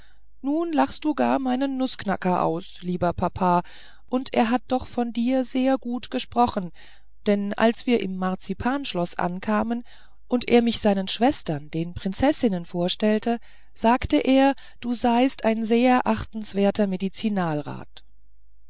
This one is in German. nun lachst du gar meinen nußknacker aus lieber vater und er hat doch von dir sehr gut gesprochen denn als wir im marzipanschloß ankamen und er mich seinen schwestern den prinzessinnen vorstellte sagte er du seist ein sehr achtungswerter